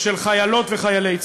של חיילות וחיילי צה"ל.